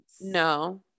No